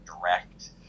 direct